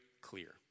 clear